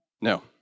No